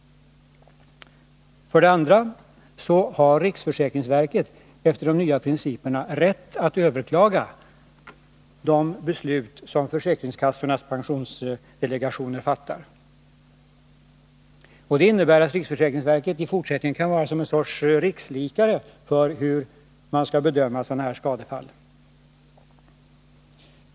För det andra har riksförsäkringsverket enligt de nya principerna rätt att överklaga de beslut som försäkringskassornas pensionsdelegation fattar. Detta innebär att riksförsäkringsverket i fortsättningen kan fungera som rikslikare för hur man skall bedöma sådana här skadefall.